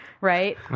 Right